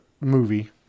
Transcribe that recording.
movie